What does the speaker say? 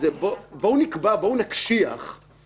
"בתיקים בהם נחקר חשוד".